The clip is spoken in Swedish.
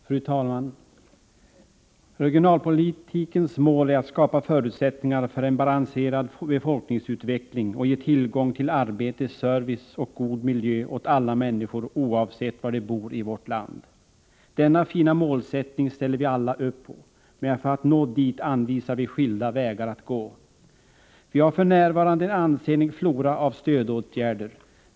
Fru talman! Regionalpolitikens mål är att skapa förutsättningar för en balanserad befolkningsutveckling och ge tillgång till arbete, service och god miljö åt alla människor oavsett var de bor i vårt land. Denna fina målsättning ställer vi oss alla bakom. Men för att nå dit anvisar vi skilda vägar att gå. Vi har för närvarande en ansenlig flora av stödåtgärder.